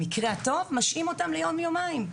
במקרה הטוב משעים ליום יומיים.